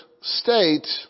state